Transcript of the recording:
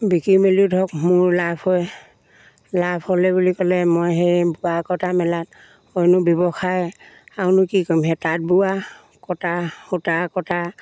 বিক্ৰী মেলিও ধৰক মোৰ লাভ হয় লাভ হ'লে বুলি ক'লে মই সেই বোৱা কটা মেলাত অইনো ব্যৱসায় আৰুনো কি ক'ম সেই তাঁত বোৱা কটা সূতা কটা